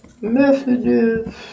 messages